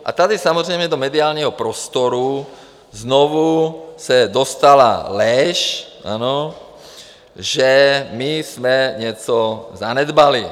A tady samozřejmě do mediálního prostoru znovu se dostala lež, že my jsme něco zanedbali.